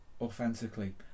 authentically